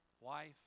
wife